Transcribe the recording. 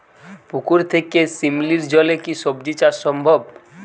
পুকুর থেকে শিমলির জলে কি সবজি চাষ সম্ভব?